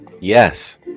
Yes